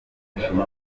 ashinzwe